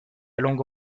langue